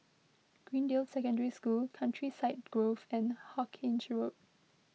Greendale Secondary School Countryside Grove and Hawkinge Road